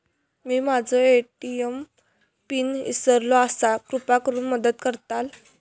मी माझो ATM pin इसरलो आसा कृपा करुन मदत करताल